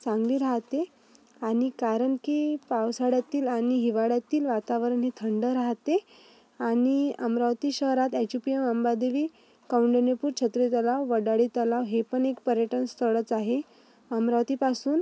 चांगली राहते आणि कारण की पावसाळ्यातील आणि हिवाळ्यातील वातावरण हे थंड राहते आणि अमरावती शहरात एच उ पी यम अंबादेवी कौंडीन्यपूर छत्री तलाव वडाली तलाव हे पण एक पर्यटनस्थळच आहे अमरावतीपासून